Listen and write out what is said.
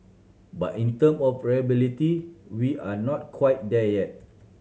but in term of reliability we are not quite there yet